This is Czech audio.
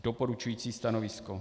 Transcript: Doporučující stanovisko.